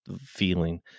feeling